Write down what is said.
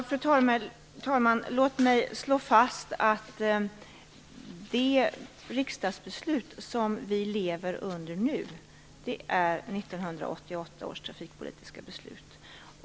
Fru talman! Låt mig slå fast att det riksdagsbeslut som vi lever under nu är 1988 års trafikpolitiska beslut.